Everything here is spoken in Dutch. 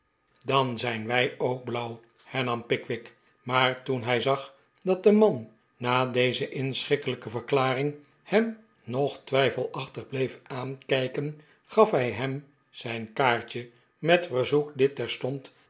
dan zijn wij ook blauw hernam pickwick maar toen hij zag dat de man na deze inschikkelijke verklaring hem nog twijfelachtig bleef aankijken gaf hij hem zijn kaartje met verzoek dit terstond